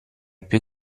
più